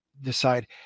decide